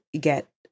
get